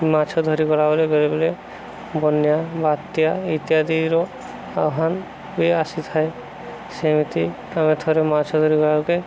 ମାଛ ଧରି ଗଲା ବେଳେ ବେଳେବେଳେ ବନ୍ୟା ବାତ୍ୟା ଇତ୍ୟାଦିର ଆହ୍ୱାନ ବି ଆସିଥାଏ ସେମିତି ଆମେ ଥରେ ମାଛ ଧରିବାକେ